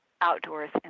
outdoors